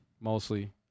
mostly